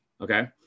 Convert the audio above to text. okay